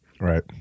Right